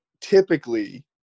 typically